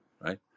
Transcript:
right